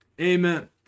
Amen